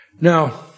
now